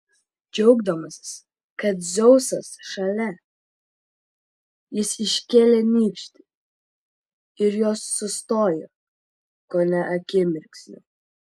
džiaugdamasis kad dzeusas šalia jis iškėlė nykštį ir jos sustojo kone akimirksniu